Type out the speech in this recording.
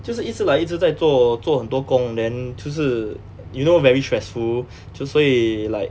就是一直来一直在做做很多功 then 就是 you know very stressful 就所以